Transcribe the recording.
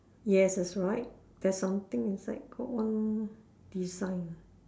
yes that's right there's something inside got one design